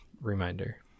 reminder